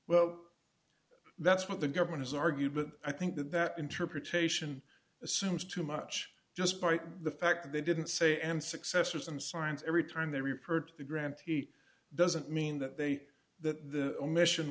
well that's what the government has argued but i think that that interpretation assumes too much just by the fact that they didn't say and successors and science every time they report the grantee doesn't mean that they that the omission